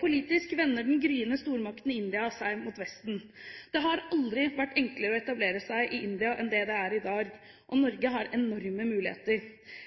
politisk vender den gryende stormakten India seg mot Vesten. Det har aldri vært enklere å etablere seg i India enn det er i dag, og Norge har enorme muligheter.